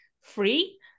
free